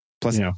Plus